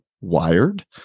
wired